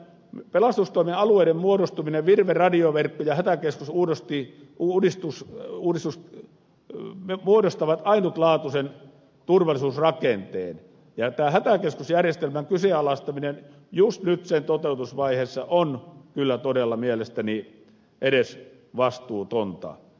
nimittäin pelastustoimen alueiden virve radioverkko ja hätäkeskusuudistus muodostavat ainutlaatuisen turvallisuusrakenteen ja tämä hätäkeskusjärjestelmän kyseenalaistaminen juuri nyt sen toteutusvaiheessa on kyllä todella mielestäni edesvastuutonta